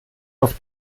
auf